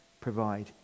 provide